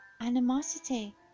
animosity